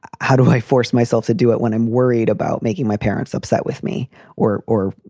how do i force myself to do it when i'm worried about making my parents upset with me or or,